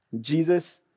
Jesus